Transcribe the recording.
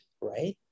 right